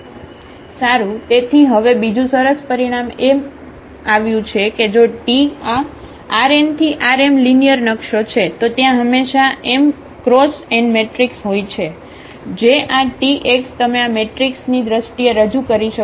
સારું તેથી હવે બીજું સરસ પરિણામ આવ્યું છે કે જો t આ RnRm લિનિયર નકશો છે તો ત્યાં હંમેશા એમ ક્રોસ એન મેટ્રિક્સ હોય છે જે આ t x તમે આ મેટ્રિક્સ એ દ્રષ્ટિએ રજૂ કરી શકો છો